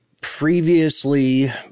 previously